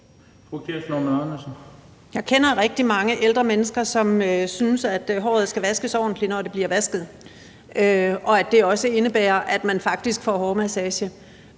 Jeg kender rigtig mange ældre mennesker, som synes, at håret skal vaskes ordentligt, når det bliver vasket, og at det også indebærer, at man faktisk får hårmassage,